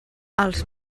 als